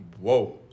Whoa